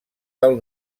del